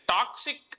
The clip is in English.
Toxic